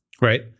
right